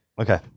okay